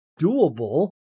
doable